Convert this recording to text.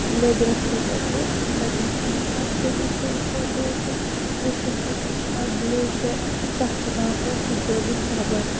لیدرَس سۭتۍ تہٕ تَتٮ۪ن چھِ یہِ پَتہ کھٔتۍ أسۍ ہیٚور ہیٚور ہیٚور ہیٚور وُچھ اَسہِ تَتٮ۪ن چھُ اکھ گٕلیشر تَتھ چھُ ناو موسا صٲبٕنۍ قبَر